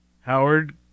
Howard